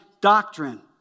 doctrine